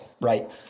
right